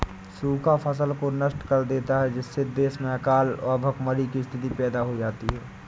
सूखा फसल को नष्ट कर देता है जिससे देश में अकाल व भूखमरी की स्थिति पैदा हो जाती है